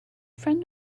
friend